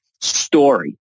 story